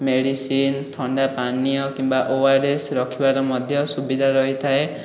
medicine ଥଣ୍ଡାପାନୀୟ କିମ୍ବା ORS ରଖିବାର ମଧ୍ୟ ସୁବିଧା ରହିଥାଏ